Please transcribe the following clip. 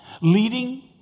leading